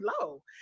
low